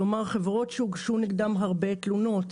כלומר חברות שהוגשו נגדן הרבה תלונות?